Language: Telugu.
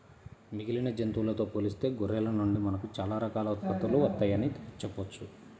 మిగిలిన జంతువులతో పోలిస్తే గొర్రెల నుండి మనకు చాలా రకాల ఉత్పత్తులు వత్తయ్యని చెప్పొచ్చు